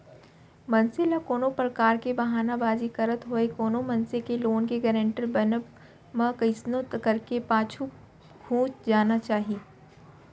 मनसे ल कोनो परकार के बहाना बाजी करत होय कोनो मनसे के लोन के गारेंटर बनब म कइसनो करके पाछू घुंच जाना चाही